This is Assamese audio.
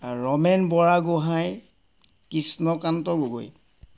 ৰমেন বুঢ়াগোহাঁই কৃষ্ণকান্ত গগৈ